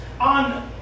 on